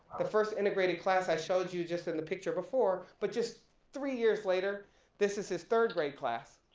the first integrated class i showed you just in the picture before, but just three years later this is his third grade class.